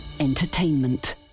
entertainment